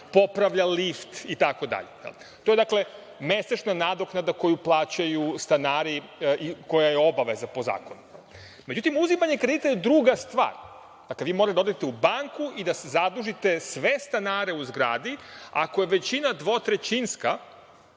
popravlja lift, itd. To je mesečna nadoknada koju plaćaju stanari i koja je obaveza po zakonu.Međutim, uzimanje kredita je druga stvar. Vi morate da odete u banku i da zadužite sve stanare u zgradi. Ako je većina dvotrećinska,